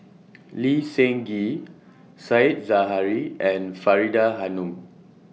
Lee Seng Gee Said Zahari and Faridah Hanum